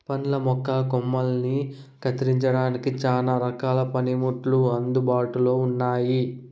పండ్ల మొక్కల కొమ్మలని కత్తిరించడానికి చానా రకాల పనిముట్లు అందుబాటులో ఉన్నయి